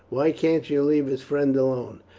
why can't you leave his friend alone?